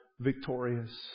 Victorious